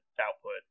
output